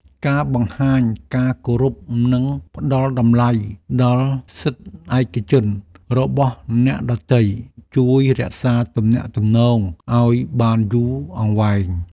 ការបង្ហាញការគោរពនិងផ្តល់តម្លៃដល់សិទ្ធិឯកជនរបស់អ្នកដទៃជួយរក្សាទំនាក់ទំនងឱ្យបានយូរអង្វែង។